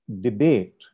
debate